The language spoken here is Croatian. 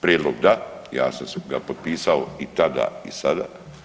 Prijedlog da, ja sam ga potpisao i tada i sada.